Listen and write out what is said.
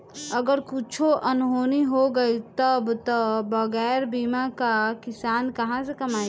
अगर कुछु अनहोनी हो गइल तब तअ बगैर बीमा कअ किसान कहां से कमाई